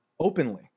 Openly